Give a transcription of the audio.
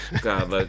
God